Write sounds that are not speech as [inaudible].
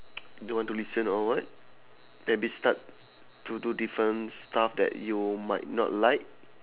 [noise] don't want to listen or what maybe start to do different stuff that you might not like